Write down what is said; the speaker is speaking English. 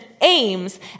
aims